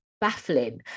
baffling